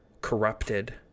corrupted